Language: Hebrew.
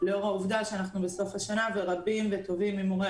לאור העובדה שאנחנו בסוף שנה ורבים וטובים ממורי